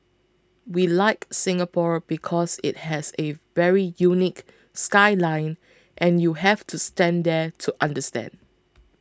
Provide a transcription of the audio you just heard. we like Singapore because it has a very unique skyline and you have to stand there to understand